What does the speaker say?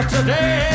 today